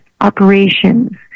operations